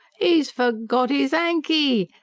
e's forgot is ankey!